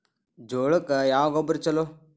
ಜೋಳಕ್ಕ ಯಾವ ಗೊಬ್ಬರ ಛಲೋ?